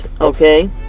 okay